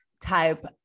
type